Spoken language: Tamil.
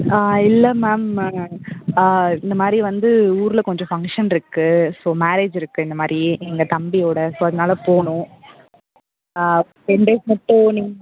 இல்லை மேம் இந்தமாதிரி வந்து ஊரில் கொஞ்சம் ஃபங்க்ஷன் இருக்குது ஸோ மேரேஜ் இருக்குது இந்த மாதிரி எங்கள் தம்பியோடய ஸோ அதனால் போகணும் ஆ டென் டேஸ் மட்டும் நீங்க